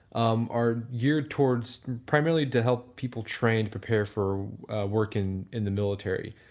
um are geared towards primarily to help people train to prepare for working in the military.